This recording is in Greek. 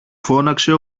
φώναξε